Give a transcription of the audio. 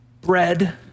bread